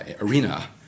arena